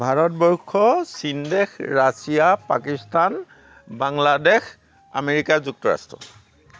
ভাৰতবৰ্ষ চীন দেশ Russia Pakistan Bangladesh America যুক্তৰাষ্ট্ৰ